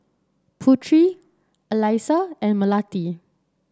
Putri Alyssa and Melati